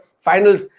finals